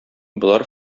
болар